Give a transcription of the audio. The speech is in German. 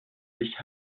sich